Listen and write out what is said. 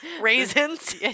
raisins